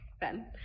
Ben